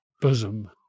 bosom